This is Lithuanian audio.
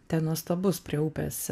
ten nuostabus prie upės